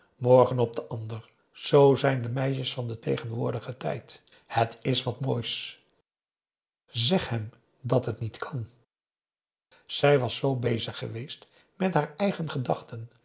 morgen op den ander zoo zijn de meisjes van den tegenwoordigen tijd het is wat moois zeg hem dat het niet kan zij was zoo bezig geweest met haar eigen gedachten